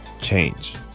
change